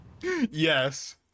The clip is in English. Yes